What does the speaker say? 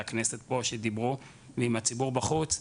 הכנסת שדיברו כאן ועם הציבור בחוץ,